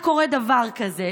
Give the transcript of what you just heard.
איך קורה דבר כזה,